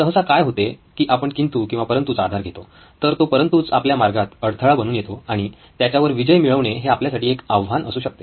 सहसा काय होते की आपण किंतू किंवा परंतु चा आधार घेतो तर तो परंतुच आपल्या मार्गात अडथळा बनून येतो आणि त्याच्यावर विजय मिळवणे हे आपल्यासाठी एक आव्हान असू शकते